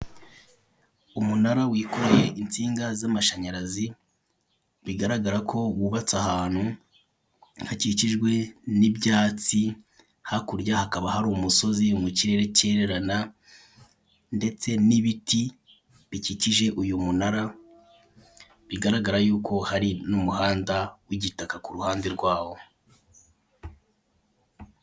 Umunara wikoreye insinga z'amashanyarazi bigaragara ko wubatse ahantu hakikijwe n'ibyatsi, hakurya hakaba hari umusozi mu kirere kererana ndetse n'ibiti bikikije uyu munara bigaragara yuko hari n'umuhanda w'igitaka kuruhande rwawo.